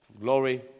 Glory